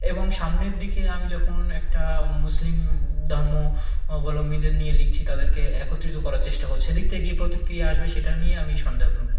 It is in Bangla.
এবং সামনের দিকে আমি যখন একটা মুসলিম ধর্ম অবলম্বীদের নিয়ে লিখছি তাদেরকে একত্রিত করার চেষ্টা করছি সেদিক থেকে কী প্রতিক্রিয়া আসবে সেটা নিয়ে আমি সন্দেহপ্রবণ